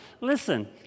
listen